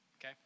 Okay